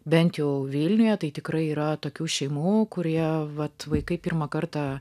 bent jau vilniuje tai tikrai yra tokių šeimų kurie vat vaikai pirmą kartą